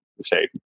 say